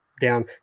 down